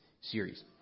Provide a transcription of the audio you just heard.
series